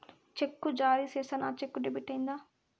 చెక్కు జారీ సేసాను, ఆ చెక్కు డెబిట్ అయిందా